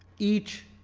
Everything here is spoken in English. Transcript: each